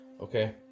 Okay